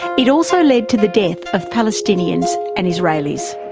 it also led to the death of palestinians and israelis.